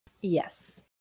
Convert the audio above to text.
Yes